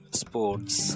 sports